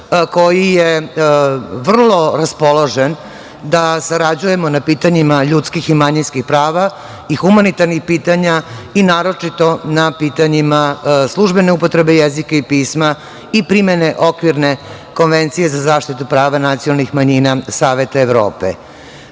koji je vrlo raspoložen da sarađujemo na pitanjima ljudskih i manjinskih prava i humanitarnih pitanja, naročito na pitanjima službene upotrebe jezika i pisma i primene Okvirne konvencije za zaštitu prava nacionalnih manjina Saveta Evrope. Kada